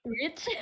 rich